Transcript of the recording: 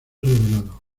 revelado